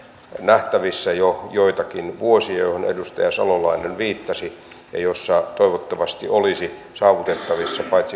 poliisia ei tulekaan niin se että poliisi tulee myöhässä voi olla silloin jo liian myöhäistä